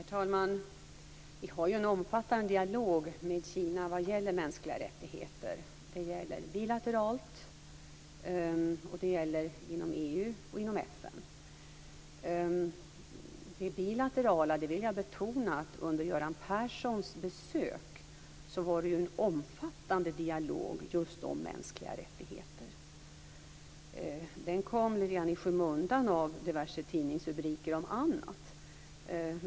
Herr talman! Vi har en omfattande dialog med Kina vad gäller mänskliga rättigheter. Det gäller bilateralt, och det gäller inom EU och inom FN. När det gäller det bilaterala vill jag betona att under Göran Perssons besök var det en omfattande dialog just om mänskliga rättigheter. Den kom litet grand i skymundan av diverse tidningsrubriker om annat.